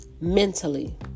Mentally